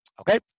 Okay